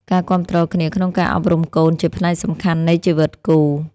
ការគាំទ្រគ្នាក្នុងការអប់រំកូនជាផ្នែកសំខាន់នៃជីវិតគូ។